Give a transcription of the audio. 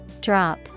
Drop